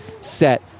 set